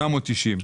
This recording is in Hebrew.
890 שקלים.